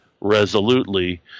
resolutely